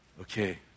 okay